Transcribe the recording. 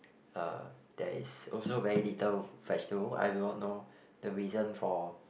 uh there is also very little vegetable I do not know the reason for